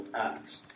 acts